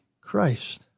Christ